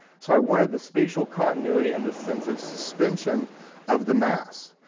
so i wanted the spatial continuity and the sense of suspension of the mass.